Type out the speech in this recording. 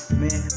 man